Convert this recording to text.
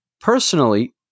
Personally